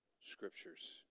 scriptures